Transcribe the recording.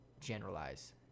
generalize